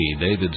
David